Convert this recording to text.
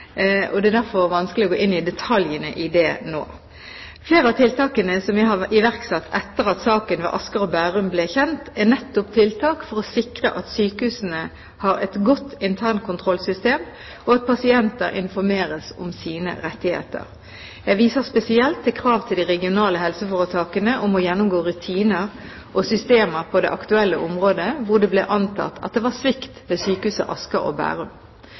og det er derfor vanskelig å gå inn i detaljene nå. Flere av tiltakene jeg har iverksatt etter at saken ved Sykehuset Asker og Bærum ble kjent, er nettopp tiltak for å sikre at sykehusene har et godt internkontrollsystem, og at pasienter informeres om sine rettigheter. Jeg viser spesielt til krav til de regionale helseforetakene om å gjennomgå rutiner og systemer på det aktuelle området hvor det ble antatt at det var svikt ved Sykehuset Asker og Bærum.